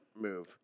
move